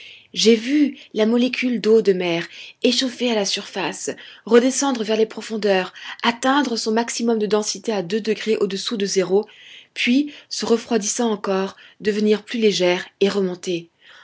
j'ai vu la molécule d'eau de mer échauffée à la surface redescendre vers les profondeurs atteindre son maximum de densité à deux degrés au-dessous de zéro puis se refroidissant encore devenir plus légère et remonter